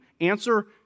Answer